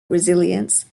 resilience